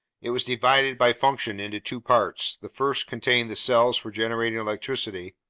it was divided, by function, into two parts the first contained the cells for generating electricity,